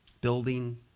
building